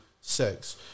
sex